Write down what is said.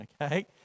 okay